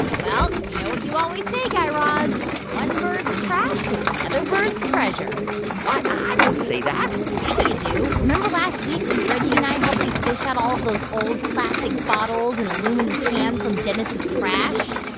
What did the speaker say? well, you know what you always say, guy raz one bird's trash is another bird's treasure what? i don't say that yeah, you do. remember last week, when reggie and i helped you fish out all of those old plastic bottles and aluminum cans from dennis' trash?